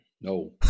No